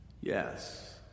Yes